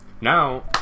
Now